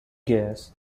gears